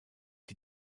die